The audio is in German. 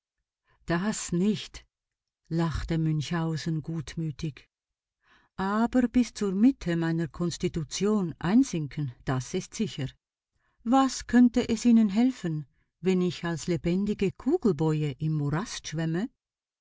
das nicht lachte münchhausen gutmütig aber bis zur mitte meiner konstitution einsinken das ist sicher was könnte es ihnen helfen wenn ich als lebendige kugelboje im morast schwämme